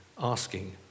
asking